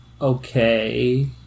Okay